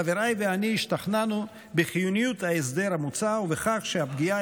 חבריי ואני השתכנענו בחיוניות ההסדר המוצע ובכך שהפגיעה